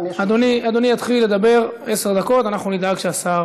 אדוני יתחיל לדבר עשר דקות, ואנחנו נדאג שהשר